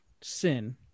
sin